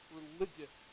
religious